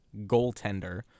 goaltender